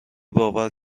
باور